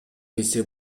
келсе